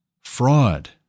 fraud